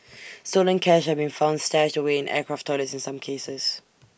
stolen cash have been found stashed away in aircraft toilets in some cases